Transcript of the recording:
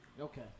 Okay